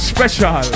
Special